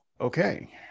Okay